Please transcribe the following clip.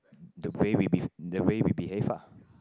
the way we the way we behave ah